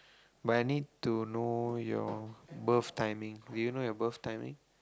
but I need to know your birth timing do you know your birth timing